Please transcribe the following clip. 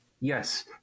yes